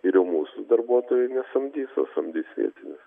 ir jau mūsų darbuotojų nesamdys o samdys vietinius